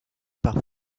par